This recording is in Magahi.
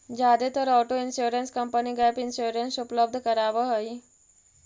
जादेतर auto insurance company gap insurance उपलब्ध करावऽ हई